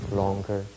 longer